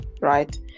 right